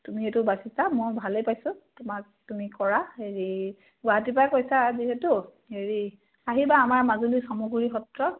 তুমি সেইটো বাছিছা মই ভালেই পাইছোঁ তোমাক তুমি কৰা হেৰি গুৱাহাটীৰ পৰাই কৈছা যিহেতু হেৰি আহিবা আমাৰ মাজুলী চামগুৰি সত্ৰ